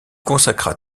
consacra